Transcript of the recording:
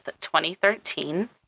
2013